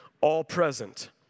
all-present